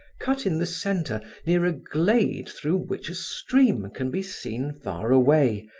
cut in the center near a glade through which a stream can be seen far away,